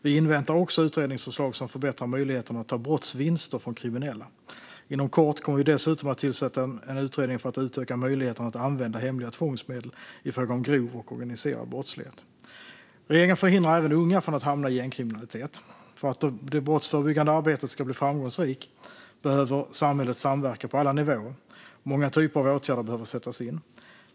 Vi inväntar också utredningsförslag som förbättrar möjligheterna att ta brottsvinster från kriminella. Inom kort kommer vi dessutom att tillsätta en utredning för att utöka möjligheterna att använda hemliga tvångsmedel i fråga om grov och organiserad brottslighet. Regeringen förhindrar även unga att hamna i gängkriminalitet. För att det brottsförebyggande arbetet ska bli framgångsrikt behöver samhället samverka på alla nivåer. Många typer av åtgärder behöver sättas in.